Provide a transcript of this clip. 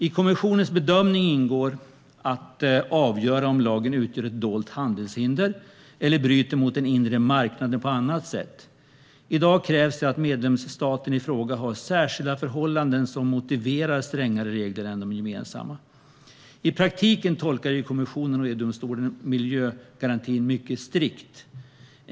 I kommissionens bedömning ingår att avgöra om lagen utgör ett dolt handelshinder eller bryter mot den inre marknaden på annat sätt. I dag krävs att medlemsstaten i fråga har särskilda förhållanden som motiverar strängare regler än de gemensamma. I praktiken tolkar EU-kommissionen och EU-domstolen miljögarantin mycket strikt.